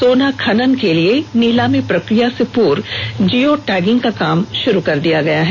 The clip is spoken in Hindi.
सोना खनन के लिए नीलामी प्रक्रिया से पूर्व जिओ टैगिंग का काम शुरू कर दिया गया है